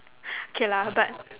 K lah but